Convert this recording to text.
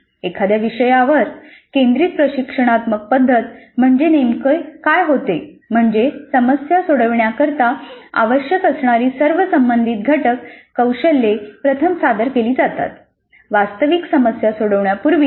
एखाद्या विषयावर केंद्रीत प्रशिक्षणात्मक पद्धत म्हणजे काय होते म्हणजे समस्या सोडवण्याकरिता आवश्यक असणारी सर्व संबंधित घटक कौशल्ये प्रथम सादर केली जातात वास्तविक समस्या सोडवण्यापूर्वी